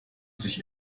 sich